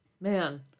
Man